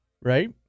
right